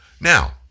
Now